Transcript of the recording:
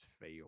fail